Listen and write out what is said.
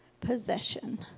possession